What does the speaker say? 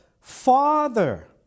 Father